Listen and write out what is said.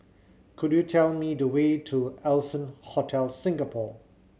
could you tell me the way to Allson Hotel Singapore